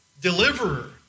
deliverer